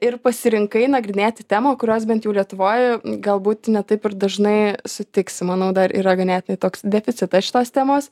ir pasirinkai nagrinėti temą kurios bent jau lietuvoj galbūt ne taip ir dažnai sutiksi manau dar yra ganėtinai toks deficitas šitos temos